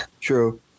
True